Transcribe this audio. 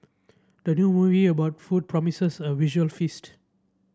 the new movie about food promises a visual feast